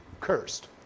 cursed